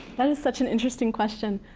that is such an interesting question.